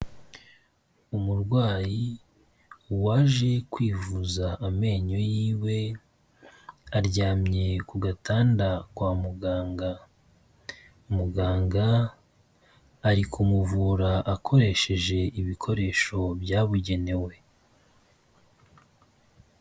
Umurwayi waje kwivuza amenyo yiwe, aryamye ku gatanda kwa muganga. Muganga ari kumuvura akoresheje ibikoresho byabugenewe.